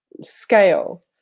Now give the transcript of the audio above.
scale